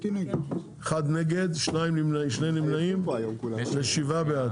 1 נגד, 2 נמנעים, 7 בעד.